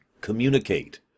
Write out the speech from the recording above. communicate